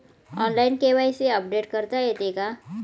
Online KYC update करता येते का?